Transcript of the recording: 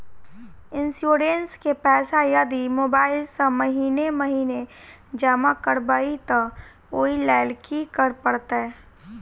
Insurance केँ पैसा यदि मोबाइल सँ महीने महीने जमा करबैई तऽ ओई लैल की करऽ परतै?